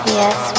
yes